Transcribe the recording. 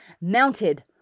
mounted